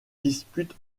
dispute